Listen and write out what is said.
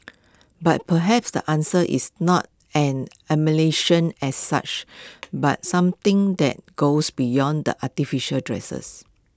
but perhaps the answer is not an as such but something that goes beyond the artificial dresses